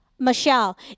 Michelle